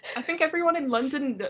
i think everyone in london,